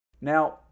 Now